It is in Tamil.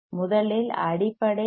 முதலில் அடிப்படை எல்